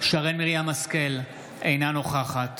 שרן מרים השכל, אינה נוכחת